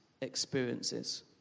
experiences